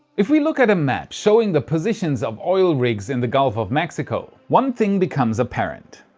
if we look at a map showing the positions of oil rigs in the gulf of mexico, one thing becomes apparent.